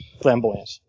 flamboyant